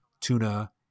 Tuna